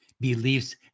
beliefs